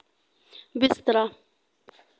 बिस्तरा